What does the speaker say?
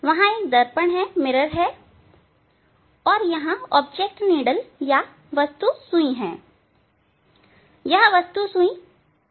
वहां एक दर्पण है और यहां वस्तु सुई है यह वस्तु सुई O है